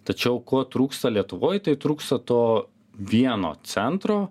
tačiau ko trūksta lietuvoj tai trūksta to vieno centro